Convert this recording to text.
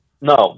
No